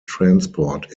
transport